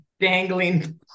dangling